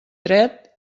dret